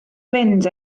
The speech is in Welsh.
fynd